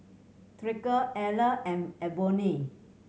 Tyreke Eller and Ebony